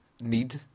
need